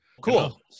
Cool